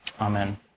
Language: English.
Amen